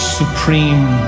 supreme